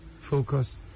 focus